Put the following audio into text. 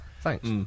Thanks